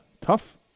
tough